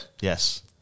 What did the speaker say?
Yes